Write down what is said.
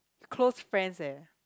close friends eh